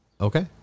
okay